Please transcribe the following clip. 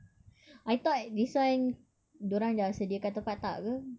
I thought this one dia orang dah sediakan tempat tak ke